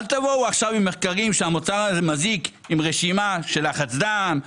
אל תבואו עכשיו עם מחקרים שהמוצר הזה מזיק ותביאו רשימה של לחץ דם,